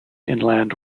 inland